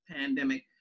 pandemic